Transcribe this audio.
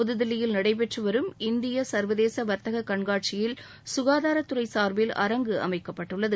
புதுதில்லியில் நடைபெற்று வரும் இந்திய சர்வதேச வர்த்தக கண்காட்சியில் சுகாதாரத்துறை சார்பில் அரங்கு அமைக்கப்பட்டுள்ளது